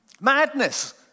Madness